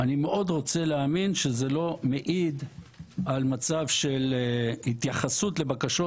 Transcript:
ואני מאוד רוצה להאמין שזה לא מעיד על מצב של התייחסות לבקשות